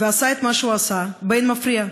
ועשה את מה שעשה באין מפריע.